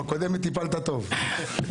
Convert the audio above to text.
בקודמת טיפלת טוב.